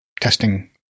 testing